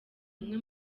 umwe